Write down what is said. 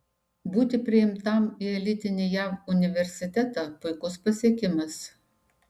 būti priimtam į elitinį jav universitetą puikus pasiekimas